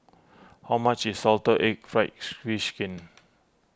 how much is Salted Egg fry she we Skin